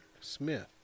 Smith